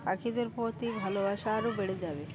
পাখিদের প্রতি ভালোবাসা আরও বেড়ে যাবে